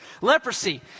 Leprosy